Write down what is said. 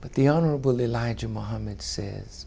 but the honorable elijah mohammed says